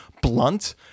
blunt